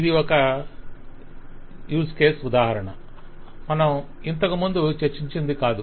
ఇది ఒక use case ఉదాహరణ మనం ఇంతకుముందు చర్చించినది కాదు